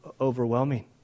overwhelming